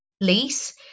lease